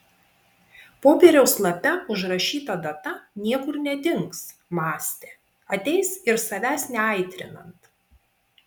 popieriaus lape užrašyta data niekur nedings mąstė ateis ir savęs neaitrinant